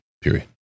period